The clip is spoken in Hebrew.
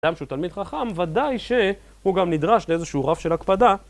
אדם שהוא תלמיד חכם, ודאי שהוא גם נדרש לאיזשהו רף של הקפדה